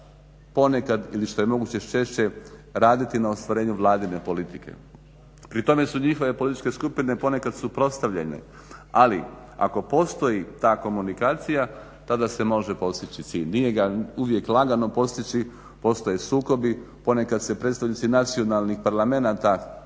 ponekad ili što je moguće češće raditi na ostvarenju vladine politike. Pri tome su njihove političke skupine ponekad suprotstavljene, ali ako postoji ta komunikacija tada se može postići cilj. Nije ga uvijek lagano postići. Postoje sukobi, ponekad se predstavnici nacionalnih parlamenata,